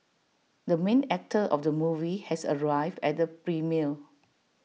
the main actor of the movie has arrived at the premiere